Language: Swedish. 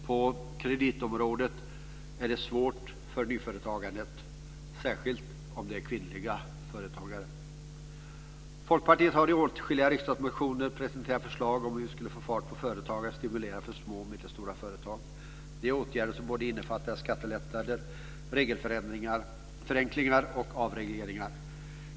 På kreditområdet är det svårt för nyföretagandet, särskilt när det gäller kvinnliga företagare. Folkpartiet har i åtskilliga riksdagsmotioner presenterat förslag om hur vi skulle kunna få fart på företagandet och stimulera för små och medelstora företag. Det gäller då åtgärder som innefattar skattelättnader, regelförenklingar och avregleringar.